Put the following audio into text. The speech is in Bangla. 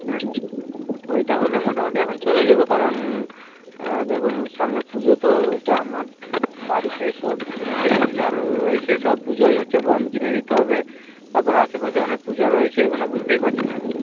হ্যাঁ হ্যাঁ ওইটা হলে মোটামুটি এখন চলে যাবে কারণ দেখুন সামনে পুজো তো ওইটা আমার বাড়িতে সব ফ্যামিলিরা রয়েছে সব পুজোয় হচ্ছে গম কিনে দিতে হবে তারপরে আশেপাশে অনেক পূজা রয়েছে মানে বুঝতেই পারছেন আর কি